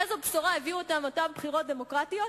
איזו בשורה הביאו אתן אותן בחירות דמוקרטיות?